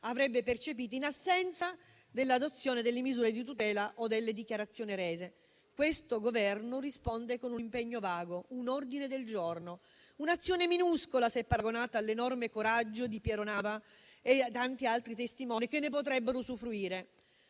avrebbe percepito in assenza dell'adozione delle misure di tutela o delle dichiarazioni rese. Questo Governo risponde con un impegno vago, un ordine del giorno, un'azione minuscola se paragonata all'enorme coraggio di Piero Nava e dei tanti altri testimoni che ne potrebbero usufruire.